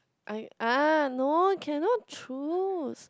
I ah no cannot choose